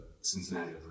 Cincinnati